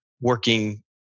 working